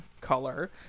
Color